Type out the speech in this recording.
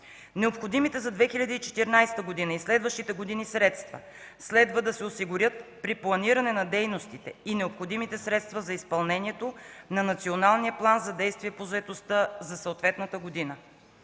Необходимите за 2014 и следващите години средства следва да се осигурят при планиране на дейностите и необходимите средства за изпълнението на Националния план за действие по заетостта за съответната година.